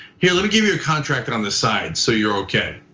here, let me give you a contract on the side so you're okay.